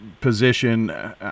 position